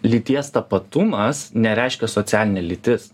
lyties tapatumas nereiškia socialinė lytis